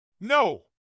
No